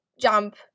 jump